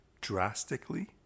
drastically